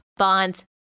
bonds